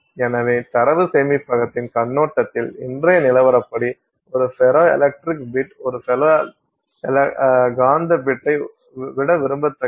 எனவே தரவு சேமிப்பகத்தின் கண்ணோட்டத்தில் இன்றைய நிலவரப்படி ஒரு ஃபெரோ எலக்ட்ரிக் பிட் ஒரு ஃபெரோ காந்த பிட்டை விட விரும்பத்தக்கது